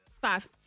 Five